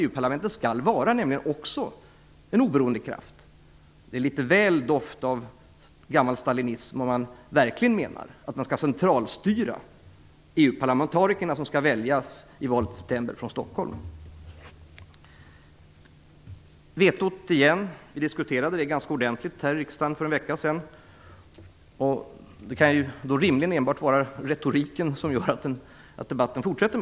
EU parlametet skall ju faktiskt också vara en oberoende kraft. Det doftar litet väl mycket gammal stalinism om man verkligen menar att man skall centralstyra de Vi diskuterade vetot ganska ordentligt här i riksdagen för en vecka sedan. Det kan då rimligen enbart vara retorik som gör att debatten fortsätter.